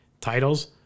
titles